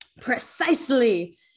Precisely